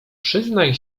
przyznaj